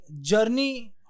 journey